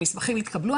המסמכים התקבלו,